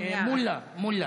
מולא, מולא.